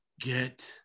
get